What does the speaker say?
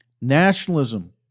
Nationalism